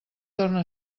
torna